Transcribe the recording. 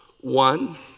one